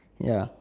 ya